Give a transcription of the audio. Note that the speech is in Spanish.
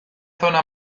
zona